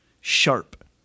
sharp